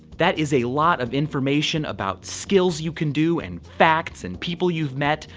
that is a lot of information about skills you can do and facts and people you've met,